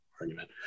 argument